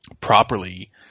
properly